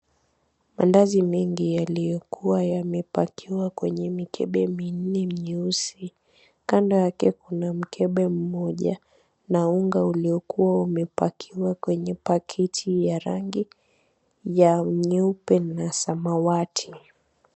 Mandazi mingi yaliyokuwa yamepakiwa kwenye mikebe minne mieusi. Kando yake kuna mkebe mmoja na unga uliokuwa umepakiwa kwenye pakiti ya rangi ya nyeupe na samawati.